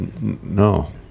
no